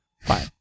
Fine